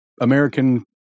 American